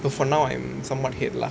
but for now I'm somewhat head lah